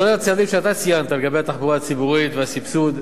כולל הצעדים שאתה ציינת לגבי התחבורה הציבורית והסבסוד.